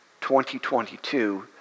2022